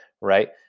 right